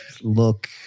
look